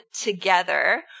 together